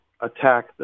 attack